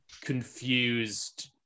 confused